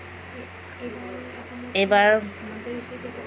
এইবাৰ